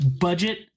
budget